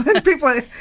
People